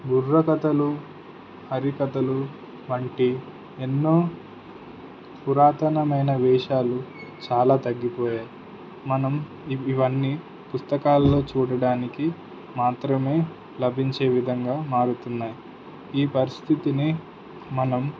బుర్రకథలు హరికథలు వంటి ఎన్నో పురాతనమైన వేషాలు చాలా తగ్గిపోయాయి మనం ఇవన్నీ పుస్తకాల్లో చూడడానికి మాత్రమే లభించే విధంగా మారుతున్నాయి ఈ పరిస్థితిని మనం